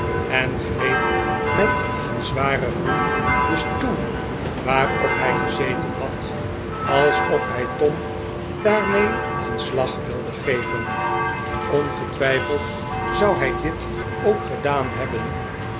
en greep met een zwaren vloek den stoel waarop hij gezeten had alsof hij tom daarmee een slag wilde geven ongetwijfeld zou hij dit ook gedaan hebben